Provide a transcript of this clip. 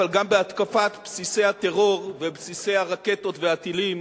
אבל גם בהתקפת בסיסי הטרור ובסיסי הרקטות והטילים